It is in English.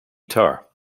tar